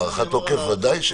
בהארכת תוקף בוודאי שכן.